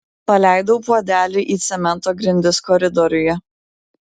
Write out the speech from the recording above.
paleidau puodelį į cemento grindis koridoriuje